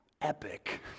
epic